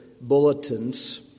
bulletins